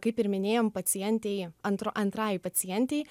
kaip ir minėjom pacientei antro antrajai pacientei